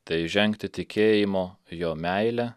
tai žengti tikėjimo jo meile